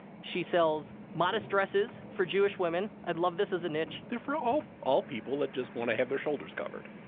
she sells modest dresses for jewish women. i love this as a niche. they're for all all people that just wanna have their shoulders covered.